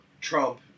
Trump